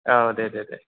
औ दे दे दे